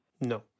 No